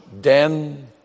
den